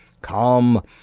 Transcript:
Come